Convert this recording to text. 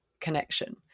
connection